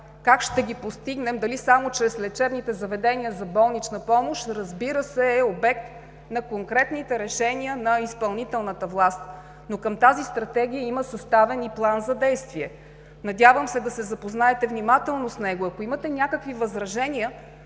Как ще ги постигнем – дали само чрез лечебните заведения за болнична помощ, разбира се, е обект на конкретните решения на изпълнителната власт. Към тази Стратегия има съставен и план за действие. Надявам се, да се запознаете внимателно с него. Ако имате някакви възражения,